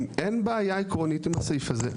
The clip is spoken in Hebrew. אם אין בעיה עקרונית עם הסעיף הזה,